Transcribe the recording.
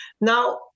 Now